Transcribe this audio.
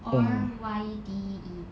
R Y D E